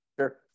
sure